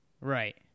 Right